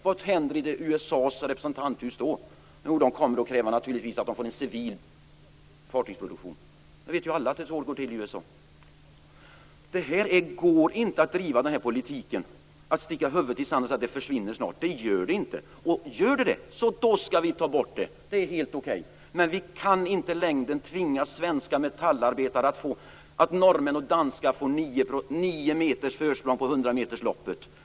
Vad händer då i USA:s representanthus? Jo, man kommer naturligtvis att kräva en civil fartygsproduktion. Alla vet ju att det är så det går till i USA. Det går inte att driva den här politiken, dvs. att sticka huvudet i sanden och säga att varvsstödet i de andra länderna snart försvinner. Stödet försvinner inte. Men om det gör det skall vi ta bort det svenska stödet. Det är helt okej. Men vi kan inte i längden tvinga på svenska metallarbetare att norrmän och danskar får nio meters försprång i ett hundrameterslopp.